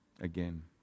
again